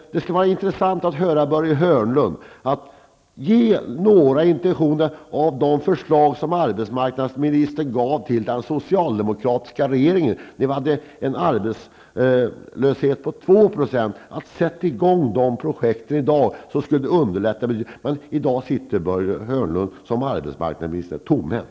Det skulle vara intressant att höra vilka intentioner Börje Hörnlund har när det gäller de förslag som han gav till den socialdemokratiska regeringen när arbetslösheten var 2 %. Sätt i gång de projekt i dag som då föreslogs! Det skulle underlätta betydligt. Men i dag sitter Börje Hörnlund som arbetsmarknadsminister tomhänt.